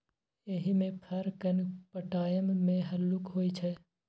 एहिमे फर केँ पटाएब मे हल्लुक होइ छै